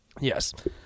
Yes